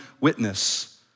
witness